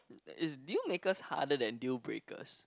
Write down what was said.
is deal makers harder than dealbreakers